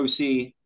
OC